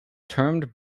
termed